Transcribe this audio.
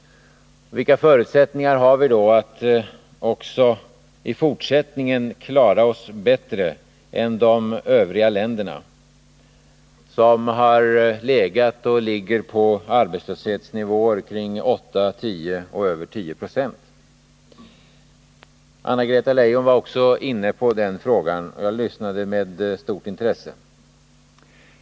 Vilka förutsättningar har vi då att också i fortsättningen klara oss bättre än de övriga länderna, som har legat och ligger på arbetslöshetsnivåer kring 8 och 10 26 och över 10 26? Anna-Greta Leijon var också inne på den frågan, och jag lyssnade med stort intresse.